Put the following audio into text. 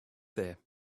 there